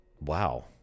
Wow